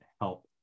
help